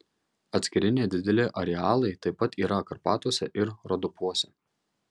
atskiri nedideli arealai taip pat yra karpatuose ir rodopuose